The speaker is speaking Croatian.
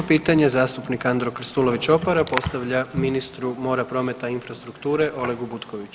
38. pitanje, zastupnik Andro Krsulović Opara, postavlja ministru mora, prometa i infrastrukture Olegu Butkoviću.